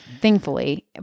thankfully